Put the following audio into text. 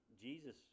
Jesus